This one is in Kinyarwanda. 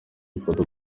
ifoto